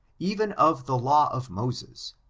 even of the law of moses,